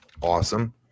Awesome